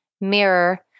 mirror